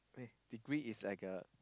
degree is like a